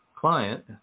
client